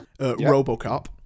RoboCop